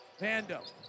Vando